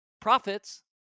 profits